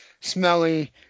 smelly